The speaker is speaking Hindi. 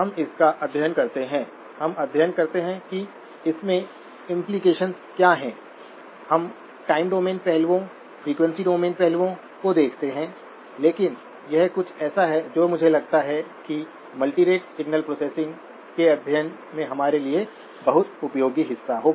हम इसका अध्ययन करते हैं हम अध्ययन करते हैं कि इसके इम्प्लिकेशन्स क्या हैं हम टाइम डोमेन पहलुओं फ्रीक्वेंसी डोमेन पहलुओं को देखते हैं लेकिन यह कुछ ऐसा है जो मुझे लगता है कि मल्टीरेट सिग्नल प्रोसेसिंग के अध्ययन में हमारे लिए बहुत उपयोगी हिस्सा होगा